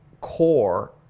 core